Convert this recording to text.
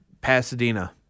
Pasadena